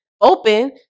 open